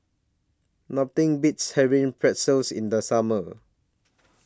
Nothing Beats having Pretzels in The Summer